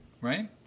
right